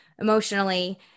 emotionally